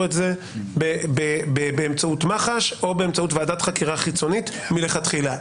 את זה באמצעות מח"ש או באמצעות ועדת חקירה חיצונית מלכתחילה.